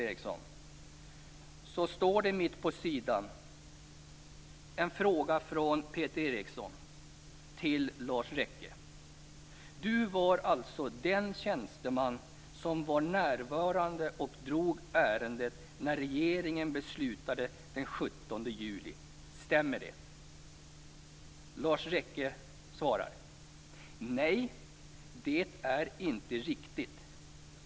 Eriksson, finns mitt på sidan en fråga från Peter Eriksson till Lars Rekke: "Du var alltså den tjänsteman som var närvarande och drog ärendet när regeringen beslutade den 17 juli. Stämmer det?" Lars Rekke svarar: "Nej. Det är inte riktigt.